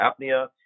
apnea